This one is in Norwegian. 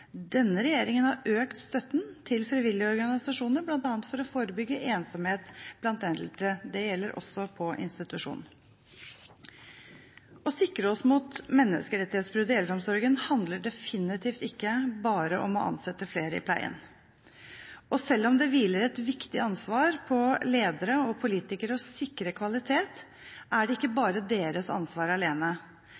Denne regjeringen har økt støtten til frivillige organisasjoner bl.a. for å forebygge ensomhet blant eldre. Det gjelder også på institusjon. Å sikre oss mot menneskerettighetsbrudd i eldreomsorgen handler definitivt ikke bare om å ansette flere i pleien. Selv om det hviler et viktig ansvar på ledere og politikere for å sikre kvalitet, er det ikke deres ansvar alene.